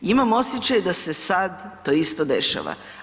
Imam osjećaj da se sad to isto dešava.